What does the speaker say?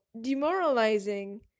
demoralizing